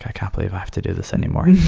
ah can't believe i have to do this anymore.